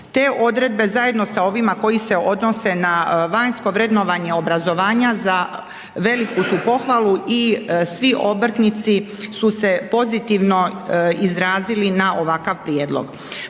te odredbe zajedno sa ovima koje se odnose na vanjsko vrednovanje obrazovanja za veliku su pohvalu i svi obrtnici su se pozitivno izrazili na ovakav prijedlog.